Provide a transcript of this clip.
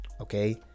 okay